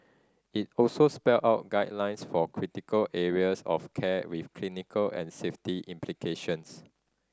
it also spelled out guidelines for critical areas of care with clinical and safety implications